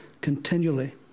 continually